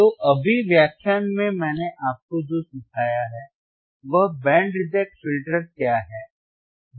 तो अभी व्याख्यान में मैंने आपको जो सिखाया है वह बैंड रिजेक्ट फ़िल्टर क्या है